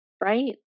Right